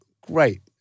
Great